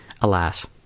Alas